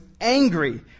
angry